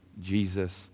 Jesus